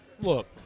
look